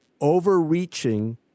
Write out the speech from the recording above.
overreaching